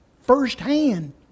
firsthand